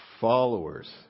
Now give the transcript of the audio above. followers